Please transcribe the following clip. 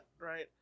right